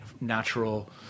natural